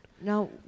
Now